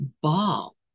ball